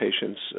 patients